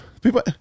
People